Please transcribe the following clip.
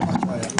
השכר.